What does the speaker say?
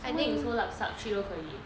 some more you so lup sup 去都可以